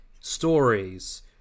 stories